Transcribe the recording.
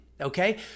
Okay